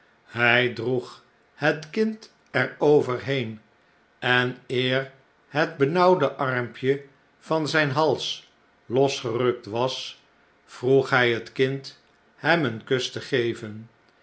hjj droeg het kind er overheen en eer het benauwde armpje van zh'n hals losgerukt was vroeg hjj het kind hem een kus te geven